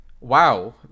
wow